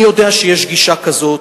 אני יודע שיש גישה כזאת,